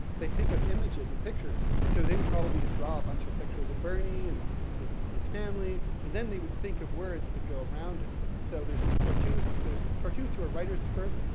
they think of images, and pictures. so they would probably just draw a bunch of pictures of bernie, and just, his family, and then they would think of words that go around it. so there's cartoonists, there's cartoonists who are writers first,